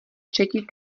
třetí